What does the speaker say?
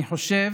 אני חושב